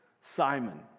Simon